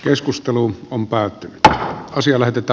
keskustelu on päättynyt ja asia lähetettä